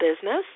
business